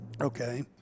Okay